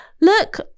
look